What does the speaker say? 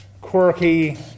quirky